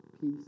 peace